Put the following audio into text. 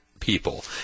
people